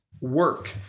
Work